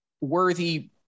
worthy